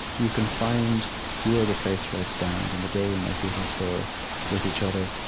you can find you're the place where i stand on the day when my feet are sore with each other.